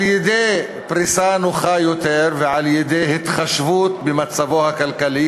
על-ידי פריסה נוחה יותר ועל-ידי התחשבות במצבו הכלכלי,